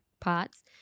parts